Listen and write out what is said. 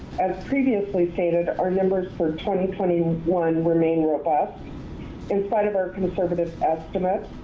as previously stated, our numbers for twenty, twenty one remain robust in spite of our conservative estimate.